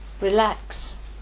relax